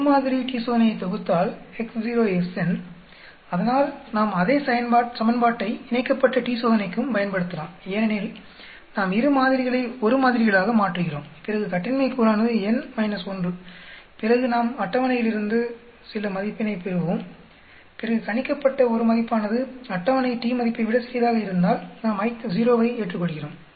ஒரு மாதிரி t சோதனையை தொகுத்தால் அதனால் நாம் அதே சமன்பாட்டை இணைக்கப்பட்ட t சோதனைக்கும் பயன்படுத்தலாம் ஏனெனில் நாம் இரு மாதிரிகளை ஒரு மாதிரிகளாக மாற்றுகிறோம் பிறகு கட்டின்மை கூறானது n - 1 பிறகு நாம் அட்டவணையிலிருந்து சில t மதிப்பினை பெறுவோம் பிறகு கணிக்கப்பட்ட t மதிப்பானது அட்டவணை t மதிப்பை விட சிறியதாக இருந்தால் நாம் H0 வை ஏற்றுக்கொள்கிறோம்